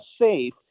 safe